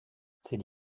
c’est